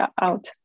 out